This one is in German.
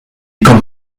kommt